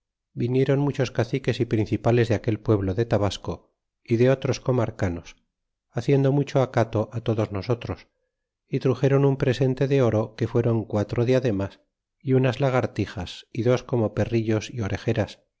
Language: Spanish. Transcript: vinieron muchos caciques y principales de aquel pueblo de tabasco y de otros comarcanos haciendo mucho acato todos nosotros y truxéron un presente de oroque fuéron quatro diademas y unas lagartijas y dos como perrillos y orejeras